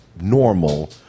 normal